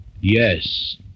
Yes